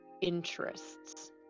interests